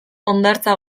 hondartza